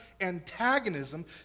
antagonism